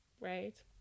right